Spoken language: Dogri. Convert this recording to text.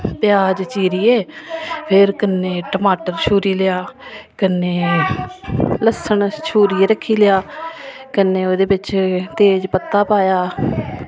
प्याज़ चीरियै फिर कन्नै टमाटर छूरी लेआ कन्नै लस्सन छूरियै रक्खी लैआ कन्नै ओह्दे बिच तेज़ पत्ता पाया